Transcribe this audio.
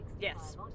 yes